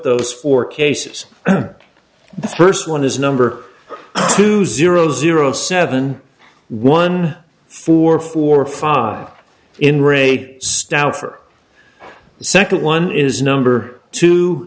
those four cases the first one is number two zero zero seven one four four five in re step out for the second one is number two